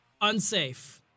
unsafe